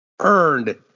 Earned